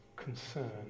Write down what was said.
concern